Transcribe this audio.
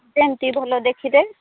ଯେମିତି ଭଲ ଦେଖିବେ